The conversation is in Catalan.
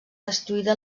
destruïda